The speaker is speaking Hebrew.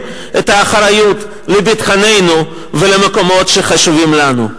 את האחריות לביטחוננו ולמקומות שחשובים לנו.